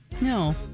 No